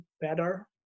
better